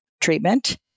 treatment